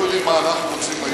אנחנו יודעים מה אנחנו רוצים היום,